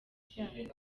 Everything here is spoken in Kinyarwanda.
cyayo